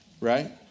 right